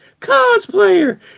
cosplayer